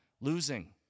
Losing